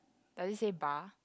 does it say bar